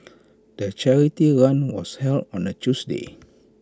the charity run was held on A Tuesday